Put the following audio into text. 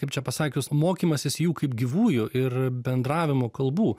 kaip čia pasakius mokymasis jų kaip gyvųjų ir bendravimo kalbų